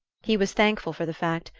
he was thankful for the fact,